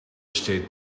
state